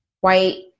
white